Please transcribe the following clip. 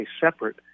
separate